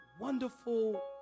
wonderful